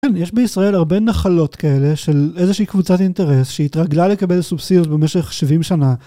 יש בישראל הרבה נחלות כאלה של איזושהי קבוצת אינטרס שהתרגלה לקבל סובסידיות במשך 70 שנה.